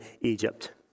Egypt